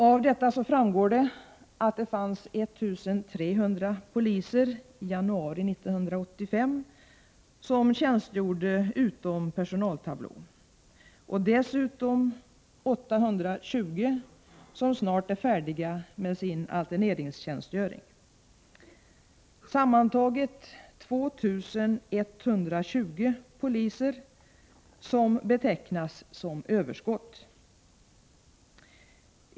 Av detta framgår det att det fanns 1 300 poliser som i januari 1985 tjänstgjorde utom personaltablån, och dessutom 820 som snart är färdiga med sin alterneringstjänstgöring. Det är sammantaget 2 120 poliser som betecknas som överskott.